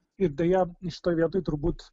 ir deja šitoj vietoj turbūt